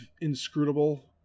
inscrutable